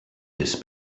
his